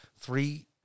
three